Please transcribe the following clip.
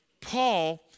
Paul